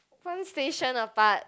one station apart